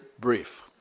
brief